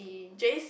Jays